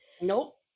nope